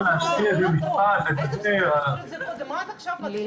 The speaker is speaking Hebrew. אמנם אני בן אדם אופטימי בלתי